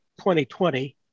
2020